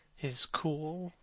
his cool,